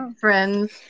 friends